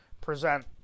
present